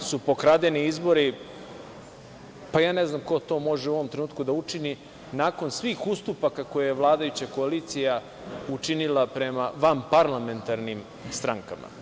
su pokradeni izbori, pa ja ne znam ko to može u ovom trenutku da učini nakon svih ustupaka koje je vladajuća koalicija učinila prema vanparlamentarnim strankama.